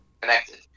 connected